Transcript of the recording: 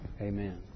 Amen